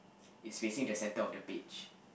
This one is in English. is facing the center of the beach